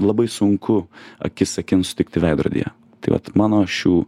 labai sunku akis akin sutikti veidrodyje tai vat mano šių